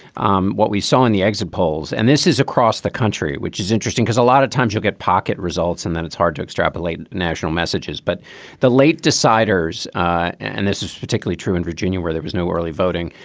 um what we saw in the exit polls and this is across the country, which is interesting, because a lot of times you'll get pocket results and then it's hard to extrapolate national messages. but the late deciders and this is particularly true in virginia, where there was no early voting.